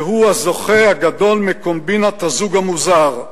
שהוא הזוכה הגדול מקומבינת הזוג המוזר,